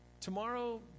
Tomorrow